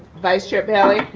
vice-chair bailey.